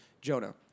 Jonah